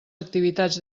activitats